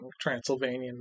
Transylvanian